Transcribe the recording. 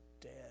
dead